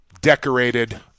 decorated